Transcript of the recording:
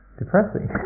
depressing